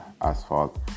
asphalt